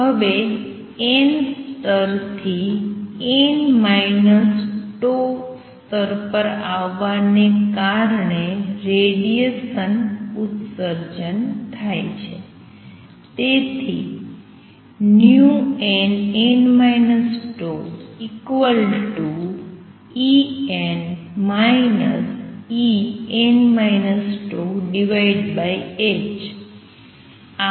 હવે n સ્તર થી n τ સ્તર પર આવવાને કારણે રેડીએશન ઉત્સર્જન થાય છે જેથી